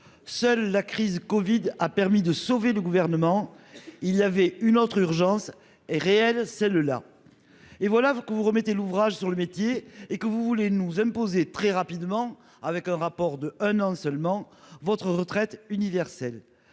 Seule la crise Covid a permis de sauver du gouvernement, il avait une autre urgence est réelle celle-là. Et voilà que vous remettez l'ouvrage sur le métier et que vous voulez nous imposer très rapidement avec un rapport de un an seulement votre retraite universel